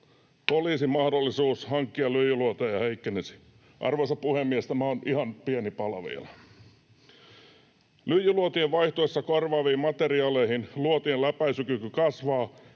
hankkia lyijyluoteja heikkenisi. — Arvoisa puhemies, tätä on ihan pieni pala vielä. — Lyijyluotien vaihtuessa korvaaviin materiaaleihin luotien läpäisykyky kasvaa,